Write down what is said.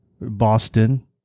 Boston